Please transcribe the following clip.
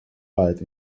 light